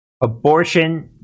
abortion